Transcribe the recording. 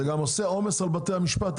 זה גם יוצר עומס על בתי המשפט,